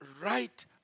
right